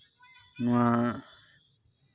ᱱᱚᱣᱟ